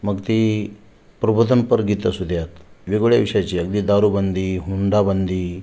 मग ती प्रबोधनपर गीतं असूद्यात वेगवेगळ्या विषयाची आहेत अगदी दारूबंदी हुंडाबंदी